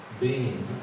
beings